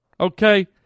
Okay